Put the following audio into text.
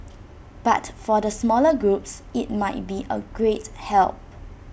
but for the smaller groups IT might be A great help